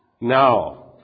Now